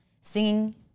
Singing